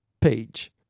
page